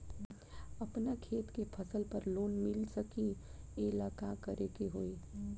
अपना खेत के फसल पर लोन मिल सकीएला का करे के होई?